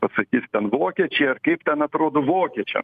pasakys ten vokiečiai ar kaip ten atrodo vokiečiam